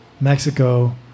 Mexico